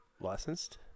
Licensed